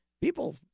People